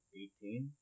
eighteen